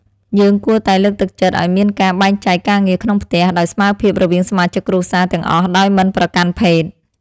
យើងគួរតែលើកទឹកចិត្តឱ្យមានការបែងចែកការងារក្នុងផ្ទះដោយស្មើភាពរវាងសមាជិកគ្រួសារទាំងអស់ដោយមិនប្រកាន់ភេទ។